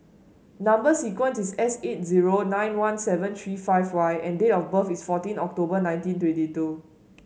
number sequence is S eight zero nine one seven three five Y and date of birth is fourteen October nineteen twenty two